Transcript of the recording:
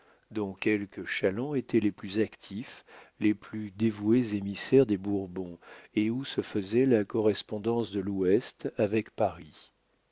dont quelques chalands étaient les plus actifs les plus dévoués émissaires des bourbons et où se faisait la correspondance de l'ouest avec paris